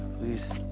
please,